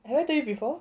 have I told you before